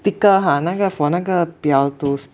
ticker ha 那个 for 那个表 to